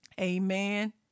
amen